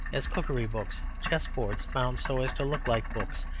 as cookery books, chessboards bound so as to look like books,